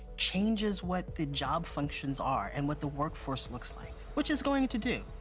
changes what the job functions are, and what the workforce looks like, which it's going to do.